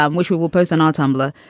um which we will post on on tumblr,